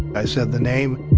i said the name.